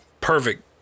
perfect